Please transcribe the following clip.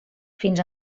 fins